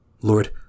Lord